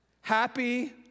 happy